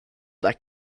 that